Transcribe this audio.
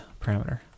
parameter